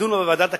לדון בוועדת הכנסת,